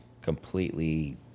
completely